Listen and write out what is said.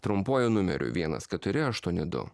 trumpuoju numeriu vienas keturi aštuoni du